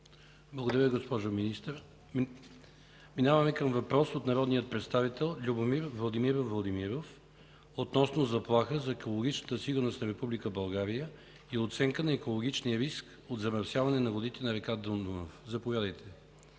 Благодаря, госпожо Министър. Преминаваме към въпрос от народния представител Любомир Владимиров Владимиров относно заплаха за екологичната сигурност на Република България и оценка на екологичния риск от замърсяване на водите на река Дунав. Заповядайте,